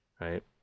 right